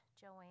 Joanne